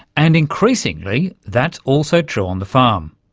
and increasingly that's also true on the farm.